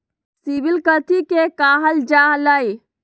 CIBIL कथि के काहल जा लई?